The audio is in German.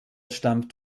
stammt